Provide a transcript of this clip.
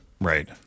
Right